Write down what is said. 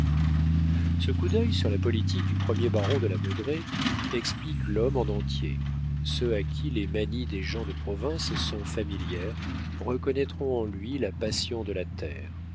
ce coup d'œil sur la politique du premier baron de la baudraye explique l'homme en entier ceux à qui les manies des gens de province sont familières reconnaîtront en lui la passion de la terre